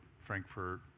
Frankfurt